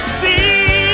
see